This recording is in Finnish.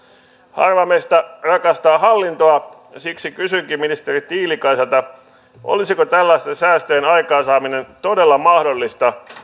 harva meistä rakastaa hallintoa siksi kysynkin ministeri tiilikaiselta olisiko tällaisten säästöjen aikaansaaminen todella mahdollista